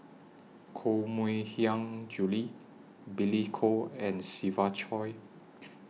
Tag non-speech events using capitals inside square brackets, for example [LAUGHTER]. Koh Mui Hiang Julie Billy Koh and Siva Choy [NOISE]